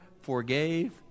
forgave